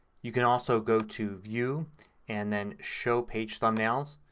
you can also go to view and then show page thumbnails.